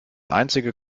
einzige